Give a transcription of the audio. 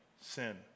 sin